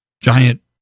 giant